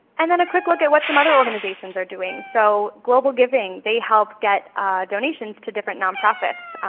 and then a quick look at what some other organizations are doing, so global giving, they help get donations to different nonprofits,